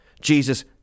Jesus